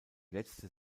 letzte